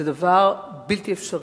זה דבר בלתי אפשרי.